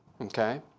Okay